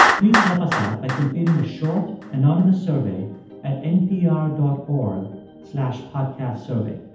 please help us out by completing a short anonymous survey at npr dot org slash podcastsurvey.